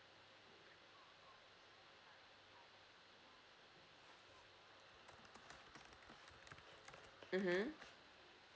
mmhmm